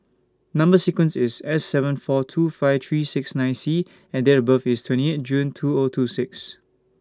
Number sequence IS S seven four two five three six nine C and Date of birth IS twenty eight June two O two six